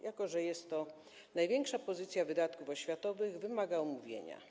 Jako że jest to największa pozycja wydatków oświatowych, ta kwestia wymaga omówienia.